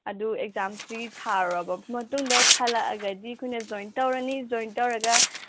ꯑꯗꯨ ꯑꯦꯛꯖꯥꯝꯁꯤ ꯊꯥꯔꯨꯔꯕ ꯃꯇꯨꯡꯗ ꯈꯜꯂꯛꯑꯒꯗꯤ ꯑꯩꯈꯣꯏꯅ ꯖꯣꯏꯟ ꯇꯧꯔꯅꯤ ꯖꯣꯏꯟ ꯇꯧꯔꯒ